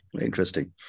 Interesting